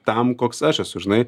tam koks aš esu žinai